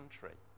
country